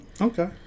Okay